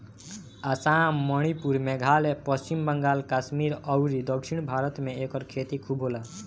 आसाम, मणिपुर, मेघालय, पश्चिम बंगाल, कश्मीर अउरी दक्षिण भारत में एकर खेती खूब होला